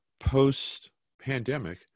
post-pandemic